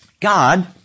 God